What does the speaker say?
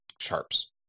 sharps